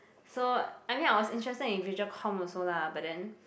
so I mean I was interested in visual comm also lah but then